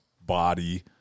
body